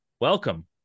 Welcome